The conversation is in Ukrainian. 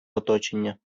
оточення